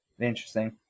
Interesting